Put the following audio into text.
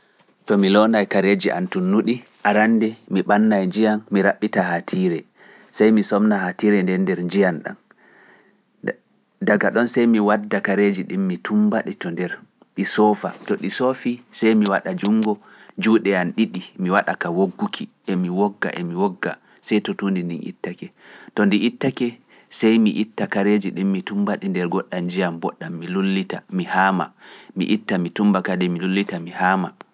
To mi loonay kareeji am tuunnuɗi, arannde mi ɓannay njiyam mi raɓɓita haatiire, sey mi somna haatiire nden nder njiyam ɗam, dag- daga ɗon sey mi wadda kareeji ɗin mi tummba-ɗe to nder, ɗi soofa, to ɗi soofii sey mi waɗa juunngo, juuɗe am ɗiɗi mi waɗa ka wogguki, e mi wogga, e mi wogga, sey to tuundi ndin ittake, to ndi ittake, sey mi itta kareeji ɗin mi tummba-ɗi nder njiyam booɗɗam mi lullita, mi haama, mi itta, mi lullita kadi, mi itta, mi haama.